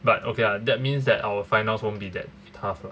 but okay lah that means that our finals won't be that tough lah